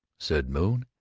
said moon,